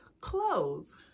clothes